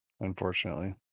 unfortunately